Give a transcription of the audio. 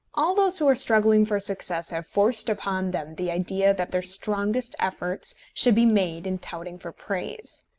all those who are struggling for success have forced upon them the idea that their strongest efforts should be made in touting for praise.